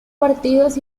partidos